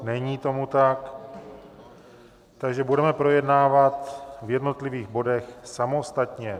Není tomu tak, takže budeme projednávat jednotlivé body samostatně.